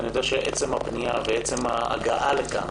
אני יודע שעצם הפנייה ועצם ההגעה לכאן